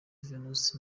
venuste